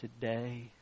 today